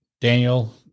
Daniel